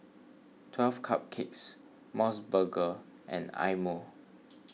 twelve Cupcakes M O S burger and Eye Mo